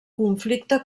conflicte